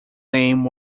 name